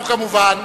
אנחנו כמובן